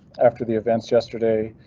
after the events yesterday.